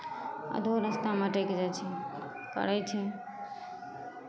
आधो रस्तामे अटकि जाइ छै करै छै